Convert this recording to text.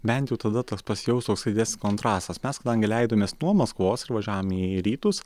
bent jau tada toks pasijaus toksai didesnis kontrastas mes kadangi leidomės nuo maskvos ir važiavome į rytus